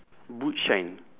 boot shine